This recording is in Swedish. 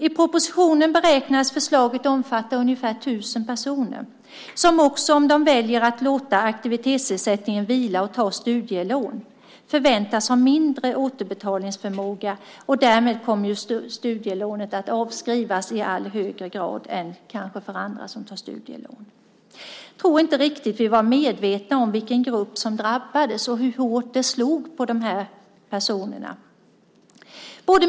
I propositionen beräknas förslaget omfatta ungefär tusen personer som, om de väljer att låta aktivitetsersättningen vila och i stället tar studielån, förväntas ha lägre återbetalningsförmåga. Därmed kommer studielånet att avskrivas i högre grad än för andra som tar studielån. Jag tror inte att vi var riktigt medvetna om vilken grupp som drabbades och hur hårt förslaget slog mot dessa personer.